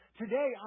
Today